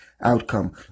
outcome